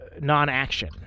non-action